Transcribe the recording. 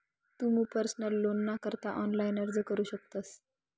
तुमू पर्सनल लोनना करता ऑनलाइन अर्ज करू शकतस